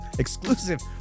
Exclusive